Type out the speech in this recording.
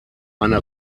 eine